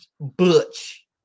Butch